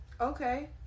Okay